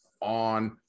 on